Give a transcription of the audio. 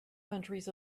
countries